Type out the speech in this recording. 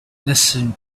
listen